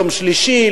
יום שלישי,